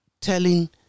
telling